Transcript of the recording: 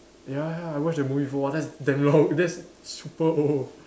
ya ya I watch that movie before that's damn long that's super old